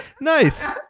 Nice